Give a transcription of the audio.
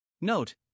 Note